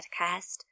podcast